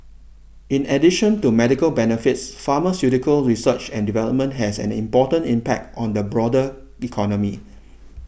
in addition to medical benefits pharmaceutical research and development has an important impact on the broader economy